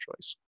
choice